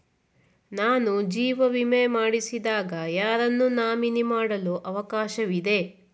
ನಾನು ಜೀವ ವಿಮೆ ಮಾಡಿಸಿದಾಗ ಯಾರನ್ನು ನಾಮಿನಿ ಮಾಡಲು ಅವಕಾಶವಿದೆ?